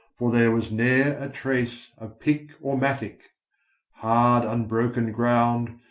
for there was ne'er a trace of pick or mattock hard unbroken ground,